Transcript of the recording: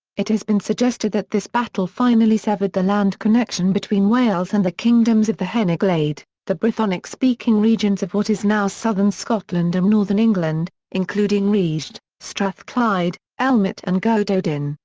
it has been suggested that this battle finally severed the land connection connection between wales and the kingdoms of the hen ogledd, the brythonic-speaking regions of what is now southern scotland and northern england, including rheged, strathclyde, elmet and gododdin,